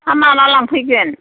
हा माब्ला लांफैगोन